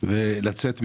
ולצאת ממצרים.